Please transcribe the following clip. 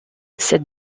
cette